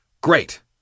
Great